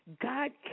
God